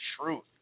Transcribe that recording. truth